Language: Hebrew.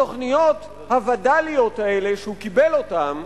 התוכניות הווד"ליות האלה שהוא קיבל אותן,